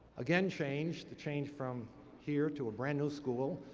again, change the change from here to a brand new school.